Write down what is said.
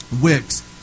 wicks